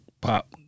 pop